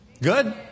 Good